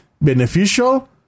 beneficial